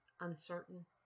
uncertain